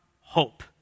hope